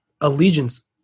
allegiance